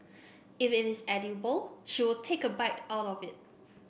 if it is edible she will take a bite out of it